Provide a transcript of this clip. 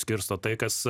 skirsto tai kas